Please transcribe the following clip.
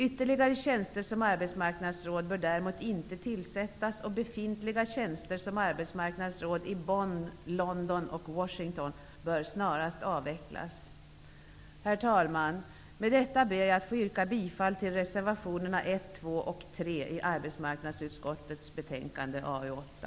Ytterligare tjänster som arbetsmarknadsråd bör däremot inte tillsättas, och befintliga tjänster som arbetsmarknadsråd i Bonn, London och Washington bör snarast avvecklas. Herr talman! Med det anförda ber jag att få yrka bifall till reservationerna 1, 2 och 3 i arbetsmarknadsutskottets betänkande AU8.